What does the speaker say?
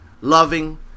loving